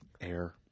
Air